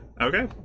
Okay